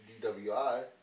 DWI